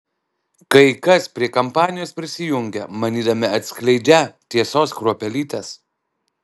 kai kas prie kampanijos prisijungia manydami atskleidžią tiesos kruopelytes